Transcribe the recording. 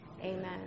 Amen